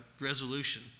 resolution